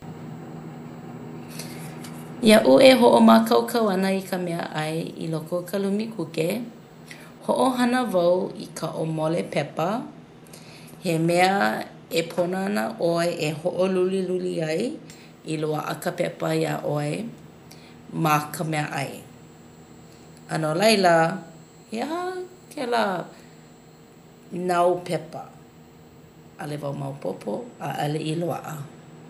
Iaʻu e hoʻomākaukau ana i ka meaʻai i loko o ka lumi kuke hoʻohana wau i ka ʻōmole pepa he mea e pono ana ʻoe e hoʻoluliluli ai i loaʻa ka pepa iā ʻoe ma ka meaʻai. A no laila he aha kēlā nau pepa ʻaʻole wau maopopo ʻaʻole i loaʻa.